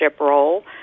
role